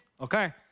Okay